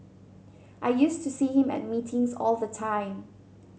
I used to see him at meetings all the time